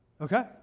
okay